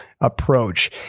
approach